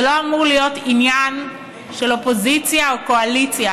זה לא אמור להיות עניין של אופוזיציה או קואליציה,